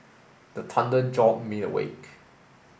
the thunder jolt me awake